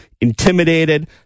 intimidated